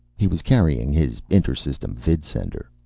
he was carrying his inter-system vidsender.